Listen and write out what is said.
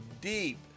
deep